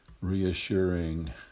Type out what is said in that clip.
reassuring